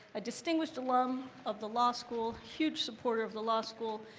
a distinguished alum of the law school, huge supporter of the law school,